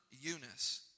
Eunice